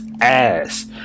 ass